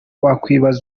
wakwibaza